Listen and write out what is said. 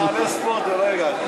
הצעת חוק להפחתת הגירעון